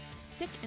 sick